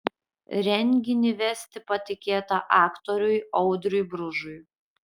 renginį vesti patikėta aktoriui audriui bružui